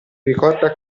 ricorda